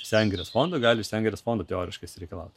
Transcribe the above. sengirės fonde gali iš sengirės fondo teoriškai išsireikalaut